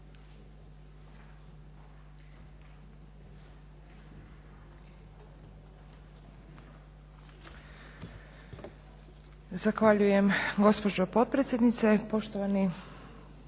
Zahvaljujem gospođo potpredsjednice. Poštovani